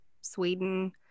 Sweden